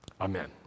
Amen